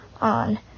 on